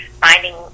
finding